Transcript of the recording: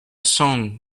song